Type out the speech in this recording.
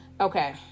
Okay